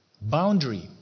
Boundary